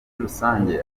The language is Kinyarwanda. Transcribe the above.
rusange